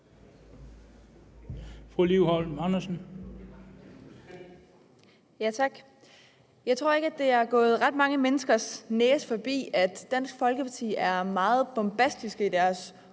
Liv Holm Andersen (RV): Tak. Jeg tror ikke, at det er gået ret mange menneskers næse forbi, at Dansk Folkeparti er meget bombastisk i deres